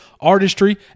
artistry